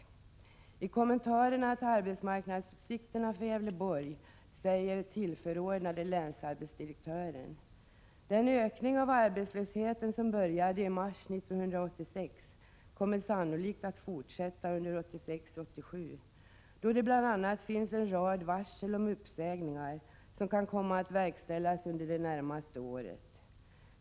I kommentarerna till arbetsmarknadsutsikterna för Gävleborg säger tf. länsarbetsdirektören: ”Den ökning av arbetslösheten som började i mars 1986, kommer sannolikt att fortsätta under 1986/87, då det bl.a. finns en rad varsel om uppsägningar, som kan komma att verkställas under det närmaste året.